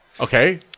Okay